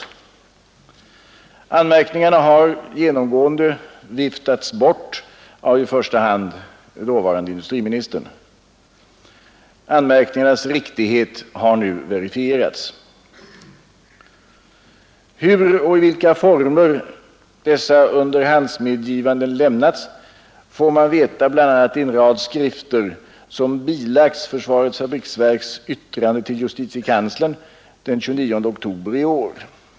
Anmärkningarna har genomgående viftats bort av i första hand dåvarande industriministern. Anmärkningarnas riktighet har nu verifierats. Hur och i vilka former dessa underhandsmedgivanden har lämnats får man veta bl.a. i en rad skrifter, som har bilagts FFV:s yttrande till justitiekanslern den 29 oktober i år.